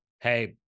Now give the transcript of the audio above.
Hey